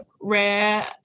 Rare